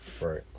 Right